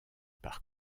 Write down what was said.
par